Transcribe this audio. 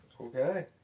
Okay